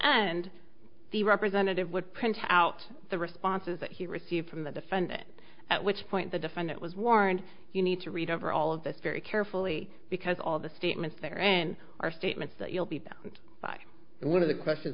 end the representative would print out the responses that he received from the defendant at which point the defendant was warned you need to read over all of this very carefully because all of the statements there and are statements that you'll be bound by and one of the questions